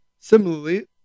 Similarly